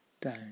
down